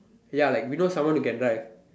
ya like we know someone who can drive